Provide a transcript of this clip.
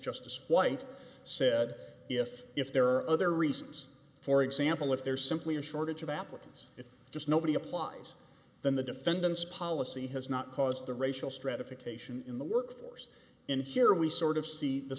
justice white said if if there are other reasons for example if there's simply a shortage of applicants it's just nobody applies than the defendants policy has not caused the racial stratification in the workforce in here we sort of see the